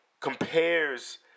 compares